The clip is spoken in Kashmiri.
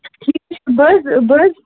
بہٕ حظ بہٕ حظ